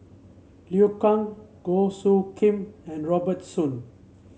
Liu Kang Goh Soo Khim and Robert Soon